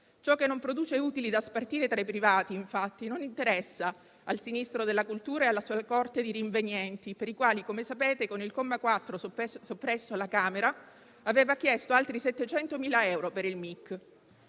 Ciò che non produce utili da spartire tra i privati, infatti, non interessa al sinistro della cultura e alla sua corte di rinvenienti, per i quali, come sapete, con il comma 4, soppresso alla Camera, aveva chiesto altri 700.000 euro per il Mic.